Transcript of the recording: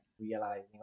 realizing